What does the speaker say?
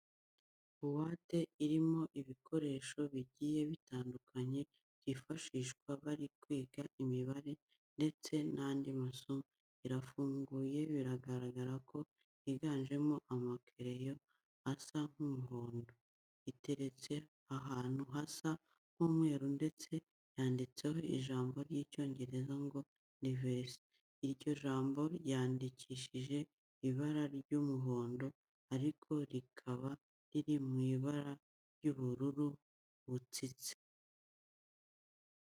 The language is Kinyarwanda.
Buwate irimo ibikoresho bigiye bitandukanye byifashishwa bari kwiga imibare ndetse n'anadi masomo, irafunguye biragaragara ko higanjemo amakereyo asa nk'umuhondo. Iteretse ahantu hasa nk'umweru ndetse yanditseho ijambo ry'Icyongereza ngo universe. Iryo jambo ryandikishijwe ibara ry'umuhondo ariko rikaba riri mu ibara ry'ubururu butsitse.